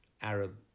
Arab